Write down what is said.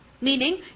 Meaning